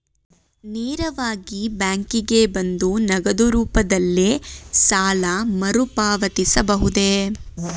ನೇರವಾಗಿ ಬ್ಯಾಂಕಿಗೆ ಬಂದು ನಗದು ರೂಪದಲ್ಲೇ ಸಾಲ ಮರುಪಾವತಿಸಬಹುದೇ?